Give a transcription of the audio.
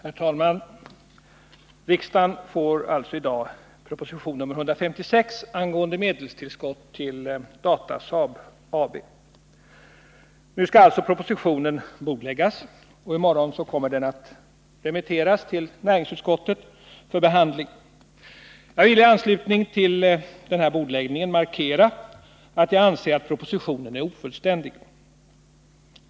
Herr talman! Riksdagen får i dag proposition nr 156 angående medelstillskott till Datasaab AB. Nu skall alltså propositionen bordläggas, och i morgon kommer den att remitteras till näringsutskottet för behandling. Jag vill i anslutning till den här bordläggningen markera att jag anser att propositionen är ofullständig.